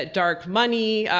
ah dark money.